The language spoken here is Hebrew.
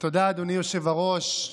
אדוני היושב-ראש.